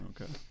Okay